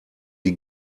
die